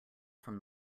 from